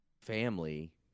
family